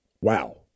wow